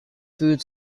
food